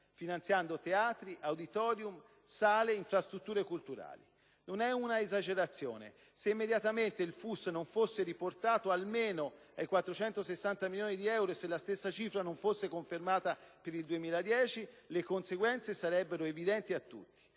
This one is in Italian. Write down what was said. finanziando teatri, auditorium, sale e infrastrutture culturali. Non è un'esagerazione: se il FUS non venisse immediatamente riportato almeno a 460 milioni di euro e la stessa cifra non fosse confermata per il 2010, le conseguenze sarebbero evidenti a tutti.